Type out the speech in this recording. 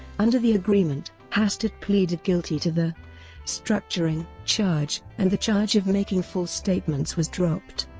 under the agreement, hastert pleaded guilty to the structuring charge, and the charge of making false statements was dropped.